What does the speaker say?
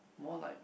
more like